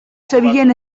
zebilen